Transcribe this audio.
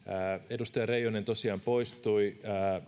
edustaja reijonen tosiaan poistui